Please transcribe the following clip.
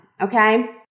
okay